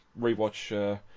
rewatch